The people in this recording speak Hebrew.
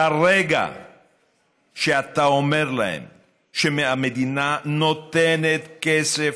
ברגע שאתה אומר להם שהמדינה נותנת כסף